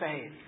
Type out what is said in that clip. faith